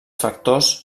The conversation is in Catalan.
factors